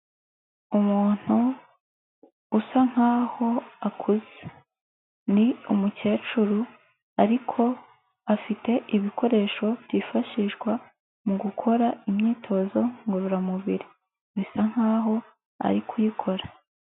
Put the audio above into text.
Umuntu usa nkaho akuze, ni umukecuru ariko afite ibikoresho byifashishwa mu gukora imyitozo ngororamubiri, bisa nkaho ari kuyikora.